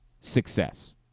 success